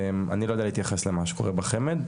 אני לא יודע להתייחס למה שקורה בחמד,